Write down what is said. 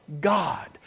God